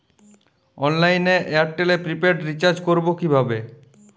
অনলাইনে এয়ারটেলে prepaid recharge করবো কিভাবে?